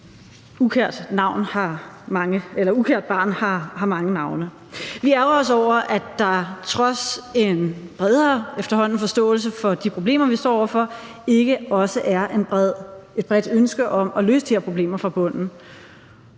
ukært barn har mange navne. Vi ærgrer os over, at der trods en efterhånden bredere forståelse for de problemer, vi står over for, ikke også er et bredt ønske om at løse de her problemer fra bunden.